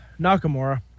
Nakamura